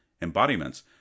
embodiments